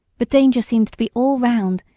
but danger seemed to be all round,